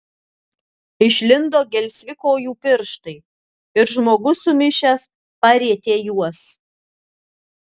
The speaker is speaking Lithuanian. išlindo gelsvi kojų pirštai ir žmogus sumišęs parietė juos